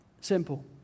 Simple